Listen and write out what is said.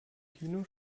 kino